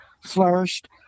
flourished